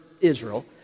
Israel